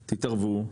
תתערבו,